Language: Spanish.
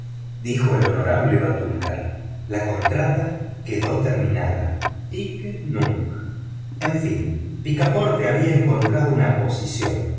dijo el honorable batulcar la contrata quedó terminada hic et nunc en fin picaporte había encontrado una posición